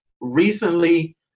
recently